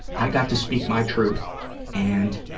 i got to speak my truth and